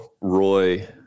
roy